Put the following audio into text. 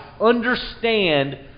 understand